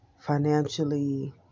financially